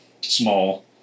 small